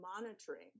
monitoring